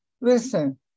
Listen